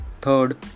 Third